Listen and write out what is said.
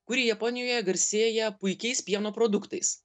kuri japonijoje garsėja puikiais pieno produktais